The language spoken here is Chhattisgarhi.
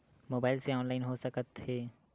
मोबाइल से ऑनलाइन हो सकत हे?